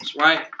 right